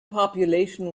population